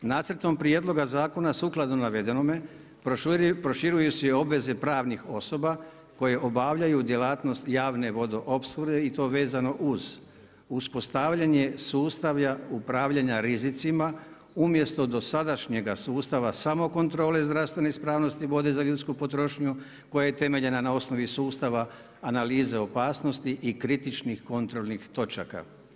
Nacrtom prijedloga zakona sukladno navedenome proširuju se i obveze pravnih osoba koje obavljaju djelatnost javne vodoopskrbe i to vezano uz uspostavljenje sustava upravljanja rizicima umjesto dosadašnjega sustava samokontrole zdravstvene ispravnosti vode za ljudsku potrošnju koja je temeljena na osnovi sustava analize opasnosti i kritičnih kontrolnih točaka.